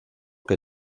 que